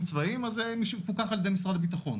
צבאיים אז זה מפוקח על ידי משרד הביטחון.